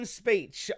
speech